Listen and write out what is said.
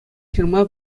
ҫырма